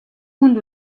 хүнд